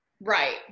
Right